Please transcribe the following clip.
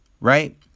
right